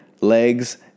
legs